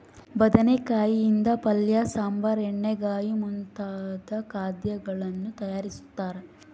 ಬದನೆಕಾಯಿ ಯಿಂದ ಪಲ್ಯ ಸಾಂಬಾರ್ ಎಣ್ಣೆಗಾಯಿ ಮುಂತಾದ ಖಾದ್ಯಗಳನ್ನು ತಯಾರಿಸ್ತಾರ